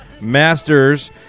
Masters